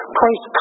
Christ